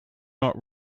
not